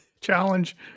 Challenge